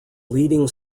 leading